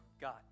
God